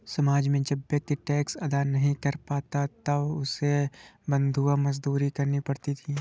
समाज में जब व्यक्ति टैक्स अदा नहीं कर पाता था तब उसे बंधुआ मजदूरी करनी पड़ती थी